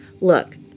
look